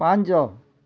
ପାଞ୍ଚ